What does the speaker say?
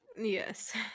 Yes